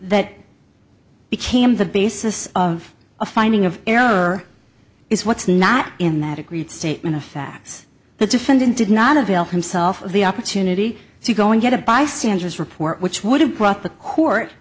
became the basis of a finding of error is what's not in that agreed statement of facts the defendant did not avail himself of the opportunity to go and get a bystander's report which would have brought the court